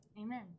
Amen